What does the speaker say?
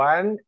One